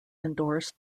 endorsed